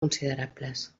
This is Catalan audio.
considerables